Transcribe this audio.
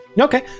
Okay